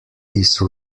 these